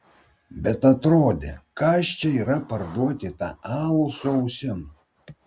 bet atrodė kas čia yra parduoti tą alų su ausim